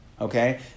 okay